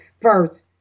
first